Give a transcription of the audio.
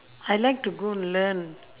I like to go learn